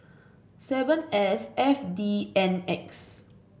seven S F D N X